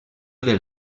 del